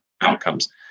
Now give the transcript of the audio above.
outcomes